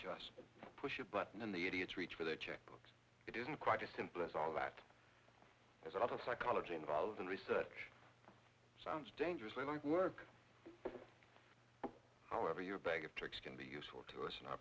just push a button in the idiot's reach for their checkbooks it isn't quite as simple as all that there's a lot of psychology involved in research sounds dangerously like work however your bag of tricks can be useful to us in our